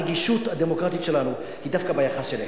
הרגישות הדמוקרטית שלנו היא דווקא ביחס אליהם,